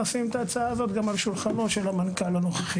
נשים את ההצעה הזאת על שולחנו של המנכ"ל הנוכחי.